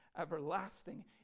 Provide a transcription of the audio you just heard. everlasting